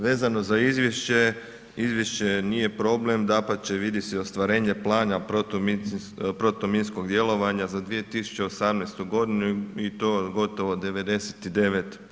Vezano za izvješće, izvješće nije problem, dapače, vidi se ostvarenje plana protuminskog djelovanja za 2018. g. i to gotovo 99%